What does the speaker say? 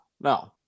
no